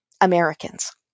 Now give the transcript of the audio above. Americans